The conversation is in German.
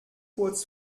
kurz